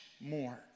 more